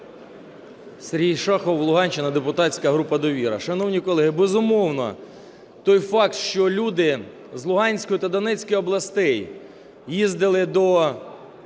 Сергій Шахов, Луганщина, депутатська група "Довіра". Шановні колеги, безумовно, той факт, що люди з Луганської та Донецької областей їздили до